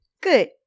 Good